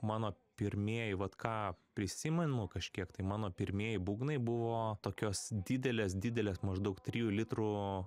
mano pirmieji vat ką prisimenu kažkiek tai mano pirmieji būgnai buvo tokios didelės didelės maždaug trijų litrų